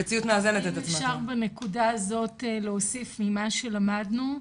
אם אפשר בנקודה הזאת להוסיף, ממה שלמדנו,